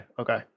okay